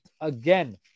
again